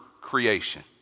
creation